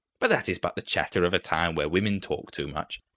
but that is but the chatter of a town where women talk too much.